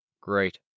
Great